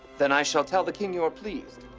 then i shall tell the king you are pleased.